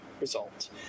result